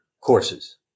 courses